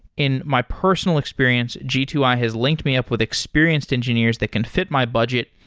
in my personal experience, g two i has linked me up with experienced engineers that can fit my budget,